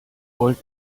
volt